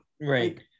Right